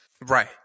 right